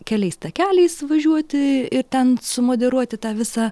keliais takeliais važiuoti ir ten sumoderuoti tą visą